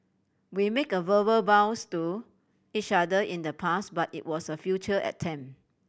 we make verbal vows to each other in the past but it was a futile attempt